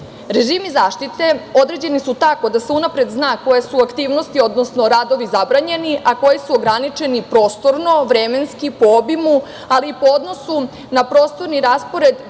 zaštite određeni su tako da se unapred zna koje su aktivnosti, odnosno radovi zabranjeni, a koji su ograničeni prostorno, vremenski, po obimu, ali i po odnosu na prostorni raspored